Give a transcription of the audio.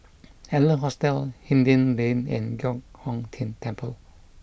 Adler Hostel Hindhede Lane and Giok Hong Tian Temple